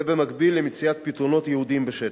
ובמקביל, מציאת פתרונות ייעודיים בשטח.